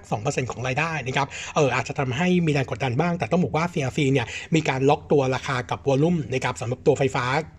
2%ของรายได้นะครับเอ่ออาจจะทำให้มีแรงกดดันบ้างแต่ต้องบอกว่า CRCเนี่ยมีการล็อกตัวราคากับวอลลุ่มนะครับสำหรับตัวไฟฟ้า